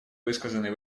высказанные